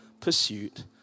pursuit